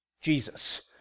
Jesus